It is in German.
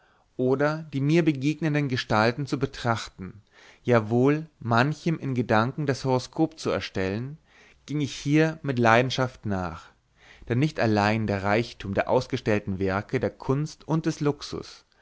oder die mir begegnenden gestalten zu betrachten ja wohl manchem in gedanken das horoskop zu stellen hing ich hier mit leidenschaft nach da nicht allein der reichtum der ausgestellten werke der kunst und des luxus